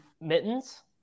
mittens